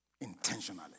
Intentionally